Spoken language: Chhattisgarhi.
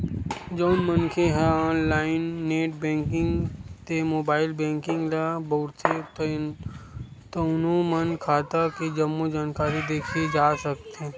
जउन मनखे ह ऑनलाईन नेट बेंकिंग ते मोबाईल बेंकिंग ल बउरथे तउनो म खाता के जम्मो जानकारी देखे जा सकथे